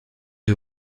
eux